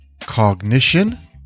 cognition